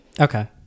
Okay